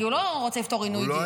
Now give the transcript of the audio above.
כי הוא לא רוצה לפתור עינוי דין.